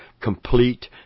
complete